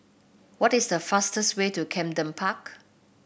what is the fastest way to Camden Park